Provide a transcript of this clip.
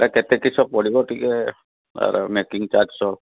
ଏଇଟା କେତେ କିସ ସବୁ ପଡ଼ିବ ଟିକିଏ ଆର ମେକିଙ୍ଗ ଚାର୍ଜ ସହ